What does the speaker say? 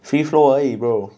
free flow 而已 bro